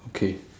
okay